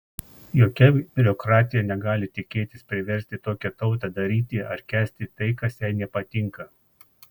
jokia biurokratija negali tikėtis priversti tokią tautą daryti ar kęsti tai kas jai nepatinka